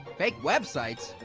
fake websites?